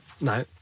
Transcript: No